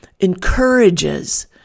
encourages